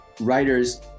writers